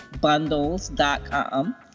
bundles.com